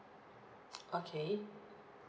okay